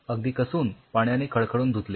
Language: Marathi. अगदी कसून पाण्याने खळखळून धुतले